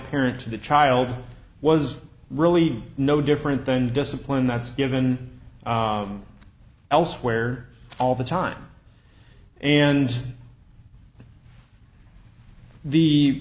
parent to the child was really no different than discipline that's given elsewhere all the time and the